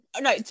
No